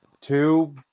Two